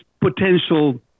potential